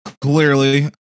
Clearly